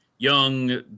Young